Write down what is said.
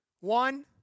One